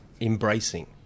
embracing